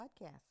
podcast